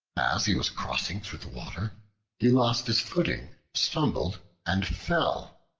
as he was crossing through the water he lost his footing, stumbled and fell,